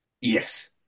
Yes